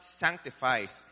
sanctifies